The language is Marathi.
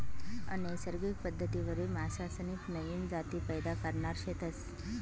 अनैसर्गिक पद्धतवरी मासासनी नवीन जाती पैदा करणार शेतस